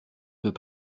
peut